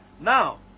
now